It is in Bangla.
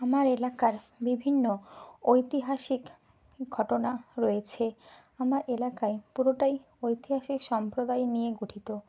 আমার এলাকার বিভিন্ন ঐতিহাসিক ঘটনা রয়েছে আমার এলাকায় পুরোটাই ঐতিহাসিক সম্প্রদায় নিয়ে গঠিত